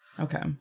Okay